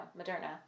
Moderna